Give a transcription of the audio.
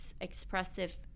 expressive